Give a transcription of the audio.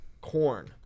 Corn